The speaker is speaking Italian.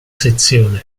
sezione